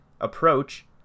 approach